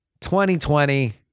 2020